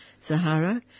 Sahara